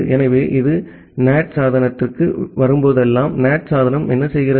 எனவே இது NAT சாதனத்திற்கு வரும்போதெல்லாம் NAT சாதனம் என்ன செய்கிறது